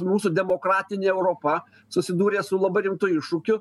mūsų demokratinė europa susidūrė su labai rimtu iššūkiu